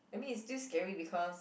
I mean it's still scary because